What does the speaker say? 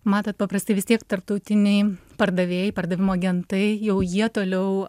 matot paprastai vis tiek tarptautiniai pardavėjai pardavimų agentai jau jie toliau